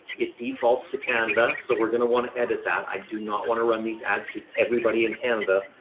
it defaults to canada. so we're going to want to edit that. i do not want to run these ads to everybody in canada.